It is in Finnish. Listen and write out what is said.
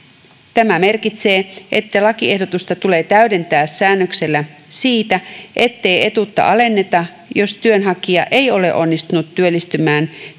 tämä merkitsee että lakiehdotusta tulee täydentää säännöksellä siitä ettei etuutta alenneta jos työnhakija ei ole onnistunut työllistymään